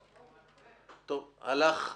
הלך,